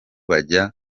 bajya